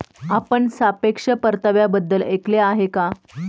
आपण सापेक्ष परताव्याबद्दल ऐकले आहे का?